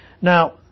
Now